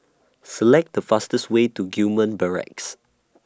Select The fastest Way to Gillman Barracks